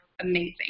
amazing